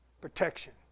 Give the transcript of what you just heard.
protection